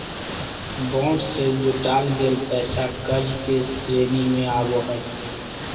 bond से जुटाल गेल पैसा कर्ज के श्रेणी में आवो हइ